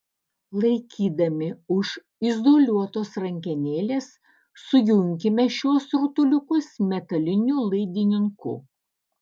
laikydami už izoliuotos rankenėlės sujunkime šiuos rutuliukus metaliniu laidininku